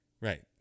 Right